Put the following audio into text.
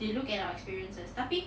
it look at our experiences tapi